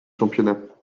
championnat